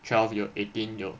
twelve 有 eighteen 有